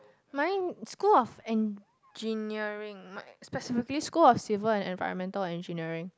mine school of engineering might specifically school of civil and environmental engineering